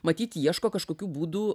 matyt ieško kažkokių būdų